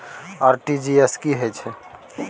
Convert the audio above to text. RTG S की है छै?